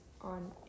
on